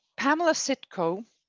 pamela sitcom,